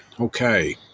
Okay